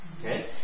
Okay